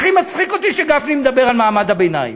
הכי מצחיק אותי שגפני מדבר על מעמד הביניים.